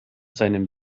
seinem